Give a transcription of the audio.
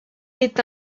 est